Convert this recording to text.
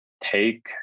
take